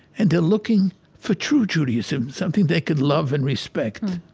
and they're looking for true judaism. something they can love and respect.